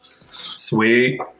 sweet